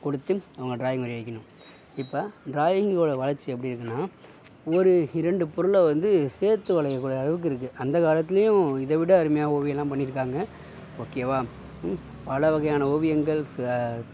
குடுத்துன் அவங்கள டிராயிங் வரைய வைக்கணும் இப்போ டிராயிங் ஓட வளர்ச்சி எப்படி இருக்குன்னா ஒரு இரண்டு பொருளை வந்து சேர்த்து வரையக்கூடிய அளவுக்கு இருக்கு அந்த காலத்துலேயும் இதை விட அருமையாக ஓவியலாம் பண்ணியிருக்காங்க ஓகேவா பலவகையான ஓவியங்கள்